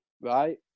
right